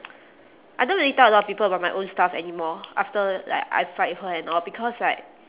I don't really tell a lot of people about my own stuff anymore after like I fight with her and all because like